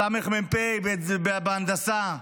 סמ"פ בהנדסה.